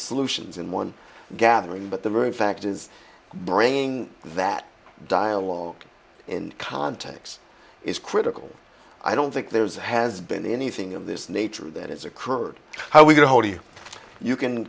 solutions in one gathering but the very fact is bringing that dialogue in context is critical i don't think there's has been anything of this nature that is occurred how we go how do you you can